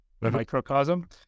microcosm